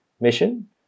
mission